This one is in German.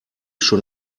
schon